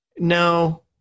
no